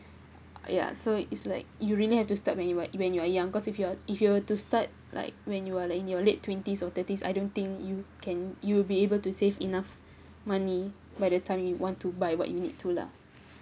ya so it's like you really have to start when you are when you are young cause if you are if you were to start like when you are in your late twenties or thirties I don't think you can you will be able to save enough money by the time you want to buy what you need to lah